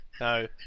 no